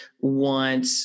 want